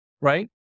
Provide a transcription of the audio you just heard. right